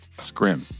Scrim